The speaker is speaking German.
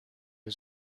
wir